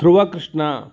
Dhruvakrishna